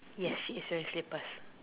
yes yes it's wearing slippers